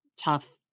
tough